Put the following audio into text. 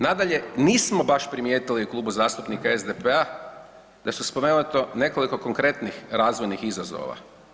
Nadalje, nismo baš primijetili u Klubu zastupnika SDP-a da je spomenuto nekoliko konkretnih razvojnih izazova.